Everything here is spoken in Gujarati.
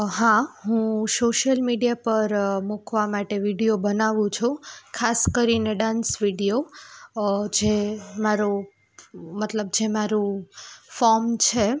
હા હું સોશિયલ મીડિયા પર મૂકવા માટે વીડિયો બનાવું છું ખાસ કરીને ડાન્સ વીડિયો જે મારો મતલબ જે મારું ફોર્મ છે